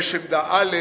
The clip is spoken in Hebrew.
יש עמדה א',